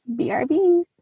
BRB